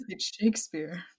Shakespeare